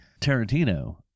Tarantino